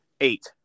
eight